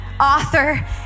author